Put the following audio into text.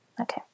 Okay